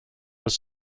was